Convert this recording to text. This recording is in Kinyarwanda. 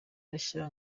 bashya